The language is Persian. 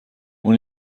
اون